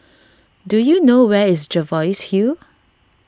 do you know where is Jervois Hill